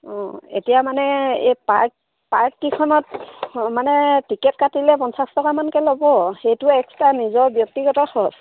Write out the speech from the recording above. অঁ এতিয়া মানে এই পাৰ্ক পাৰ্ককেইখনত মানে টিকেট কাটিলে পঞ্চাছ টকামানকৈ ল'ব সেইটো এক্সট্ৰা নিজৰ ব্যক্তিগত খৰচ